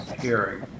hearing